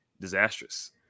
disastrous